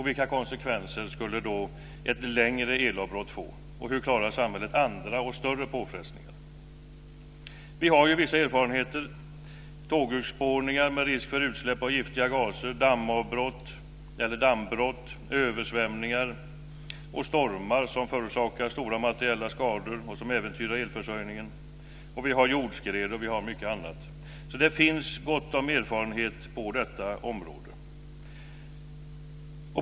Vilka konsekvenser skulle då ett längre elavbrott få? Hur klarar samhället andra och större påfrestningar? Vi har vissa erfarenheter, t.ex. tågurspårningar med risk för utsläpp av giftiga gaser, dammbrott, översvämningar, stormar som förorsakar stora materiella skador och som äventyrar elförsörjningen, jordskred och mycket annat. Det finns gott om erfarenhet på detta område.